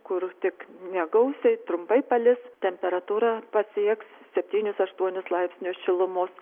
kur tik negausiai trumpai palis temperatūra pasieks septynis aštuonis laipsnius šilumos